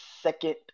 second